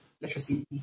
literacy